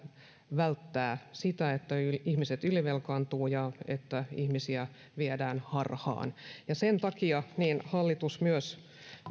välttää sitä että ihmiset ylivelkaantuvat ja että ihmisiä viedään harhaan sen takia hallitus myös